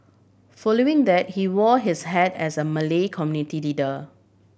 following that he wore his hat as a Malay community leader